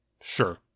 sure